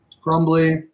Crumbly